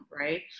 right